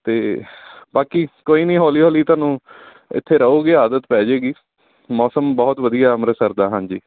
ਅਤੇ ਬਾਕੀ ਕੋਈ ਨਹੀਂ ਹੌਲੀ ਹੌਲੀ ਤੁਹਾਨੂੰ ਇੱਥੇ ਰਹੋਗੇ ਆਦਤ ਪੈ ਜਾਵੇਗੀ ਮੌਸਮ ਬਹੁਤ ਵਧੀਆ ਅੰਮ੍ਰਿਤਸਰ ਦਾ ਹਾਂਜੀ